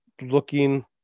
looking